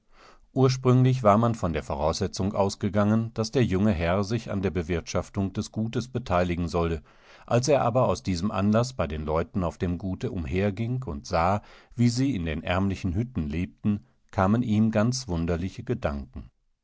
ursprünglich war man von der voraussetzung ausgegangen daß der junge herr sich an der bewirtschaftung des gutes beteiligen solle als er aber aus diesemanlaßbeidenleutenaufdemguteumhergingundsah wiesieinden ärmlichen hütten lebten kamen ihm ganz wunderliche gedanken